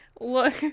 Look